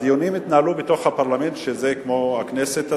הדיונים התנהלו בתוך הפרלמנט, שזה כמו הכנסת הזאת,